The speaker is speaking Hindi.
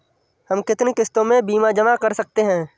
हम कितनी किश्तों में बीमा जमा कर सकते हैं?